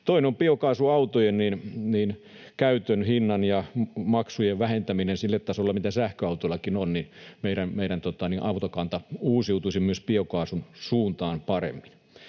keino on biokaasuautojen käytön hinnan ja maksujen vähentäminen sille tasolle, mitä sähköautoillakin on, niin että meidän autokanta uusiutuisi myös biokaasun suuntaan paremmin.